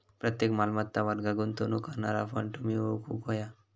प्रत्येक मालमत्ता वर्गात गुंतवणूक करणारा फंड तुम्ही ओळखूक व्हया